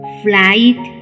flight